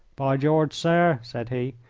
by george, sir, said he,